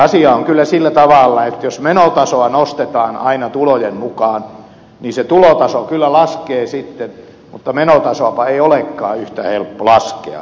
asia on kyllä sillä tavalla että jos menotasoa nostetaan aina tulojen mukaan niin se tulotaso kyllä laskee sitten mutta menotasoapa ei olekaan yhtä helppo laskea